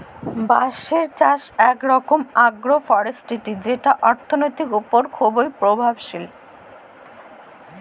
বাঁশের চাষ ইক রকম আগ্রো ফরেস্টিরি যেট অথ্থলিতির উপর খুব পরভাবশালী